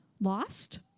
lost